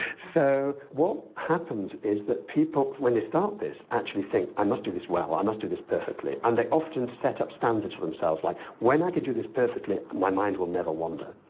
so what happens is that people when they start this actually think i must do this well, i must do this perfectly and they often set up standards for themselves like when i can do this perfectly my mind will never wander.